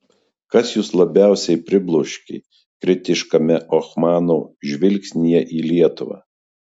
kas jus labiausiai pribloškė kritiškame ohmano žvilgsnyje į lietuvą